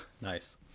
Nice